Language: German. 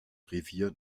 revier